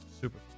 super